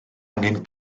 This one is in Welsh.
angen